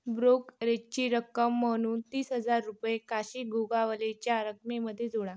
ब्रोकरेची रक्कम म्हणून तीस हजार रुपये काशी गोगावलेच्या रकमेमध्ये जोडा